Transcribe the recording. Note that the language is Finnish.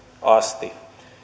asti